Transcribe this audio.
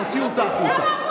תוציאו אותה החוצה.